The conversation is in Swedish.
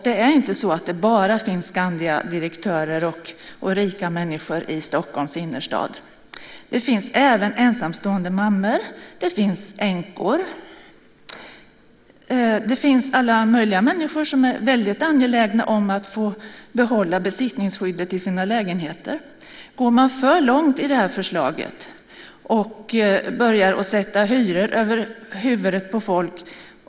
Det är inte så att det bara finns Skandiadirektörer och rika människor i Stockholms innerstad. Det finns även ensamstående mammor. Det finns änkor. Det finns alla möjliga människor som är väldigt angelägna om att få behålla besittningsskyddet för sina lägenheter. Går man för långt i det här förslaget börjar man sätta hyror över huvud på folk.